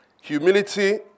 humility